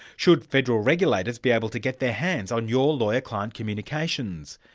should federal regulators be able to get their hands on your lawyer-client communications?